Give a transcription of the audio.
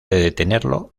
detenerlo